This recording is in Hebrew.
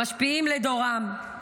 המשפיעים לדורם,